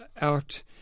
out